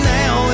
now